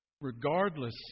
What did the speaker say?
regardless